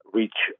reach